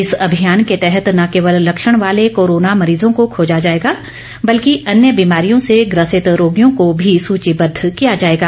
इस अभियान के तहत न केवल लक्षण वाले कोरोना मरीजों को खोजा जाएगा बल्कि अन्य बीमारियों से ग्रसित रोगियों को भी सूचिबद्द किया जाएगा